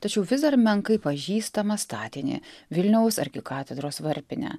tačiau vis dar menkai pažįstamą statinį vilniaus arkikatedros varpinę